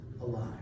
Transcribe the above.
alive